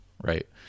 right